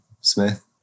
smith